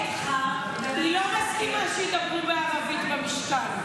היא לא מסכימה שידברו ערבית במשכן.